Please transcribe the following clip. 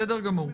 בסדר גמור.